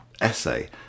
essay